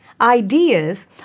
Ideas